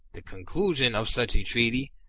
the conclusion of such a treaty,